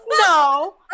No